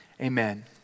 Amen